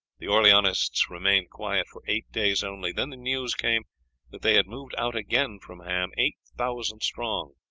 the orleanists remained quiet for eight days only, then the news came that they had moved out again from ham eight thousand strong,